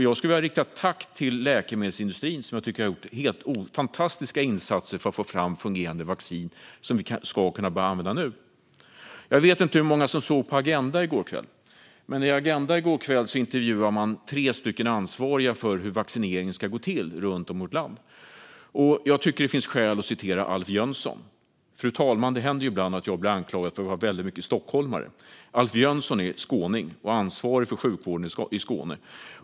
Jag vill rikta ett tack till läkemedelsindustrin som jag tycker har gjort helt fantastiska insatser för att få fram ett fungerande vaccin som vi ska kunna börja använda nu. Jag vet inte hur många som såg på Agenda i går kväll. Där intervjuade man tre personer som är ansvariga för hur vaccineringen ska gå till runt om i vårt land. Jag tycker att det finns skäl att återge det som Alf Jönsson sa. Det händer ibland att jag blir anklagad för att vara väldigt mycket stockholmare, fru talman. Alf Jönsson är skåning och ansvarig för sjukvården i Skåne.